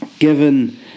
Given